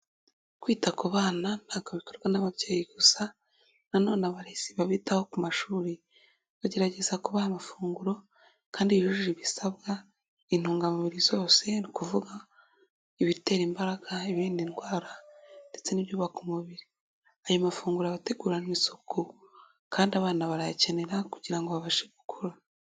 Kwita ku bana ntabwo bikorwa n'ababyeyi gusa, nanone abarezi babitaho ku mashuri bagerageza kubaha amafunguro kandi yujuje ibisabwa, intungamubiri zose ni ukuvuga ibitera imbaraga ibirinda indwara ndetse n'ibyubaka umubiri. Ayo mafunguro aba ateguranwe isuku, kandi abana barayakenera kugira ngo babashe gukura.